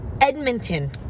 Edmonton